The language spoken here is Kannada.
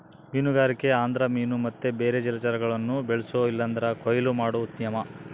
ಮೀನುಗಾರಿಕೆ ಅಂದ್ರ ಮೀನು ಮತ್ತೆ ಬೇರೆ ಜಲಚರಗುಳ್ನ ಬೆಳ್ಸೋ ಇಲ್ಲಂದ್ರ ಕೊಯ್ಲು ಮಾಡೋ ಉದ್ಯಮ